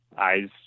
eyes